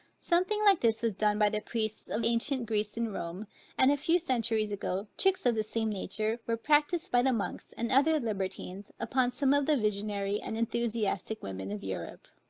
something like this was done by the priests of ancient greece and rome and a few centuries ago, tricks of the same nature were practiced by the monks, and other libertines, upon some of the visionary and enthusiastic women of europe.